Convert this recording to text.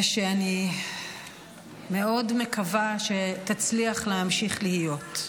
שאני מאוד מקווה שתצליח להמשיך להיות.